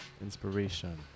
Inspiration